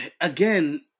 again